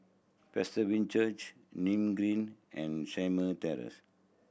Presbyterian Church Nim Green and Shamah Terrace